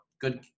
good